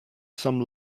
some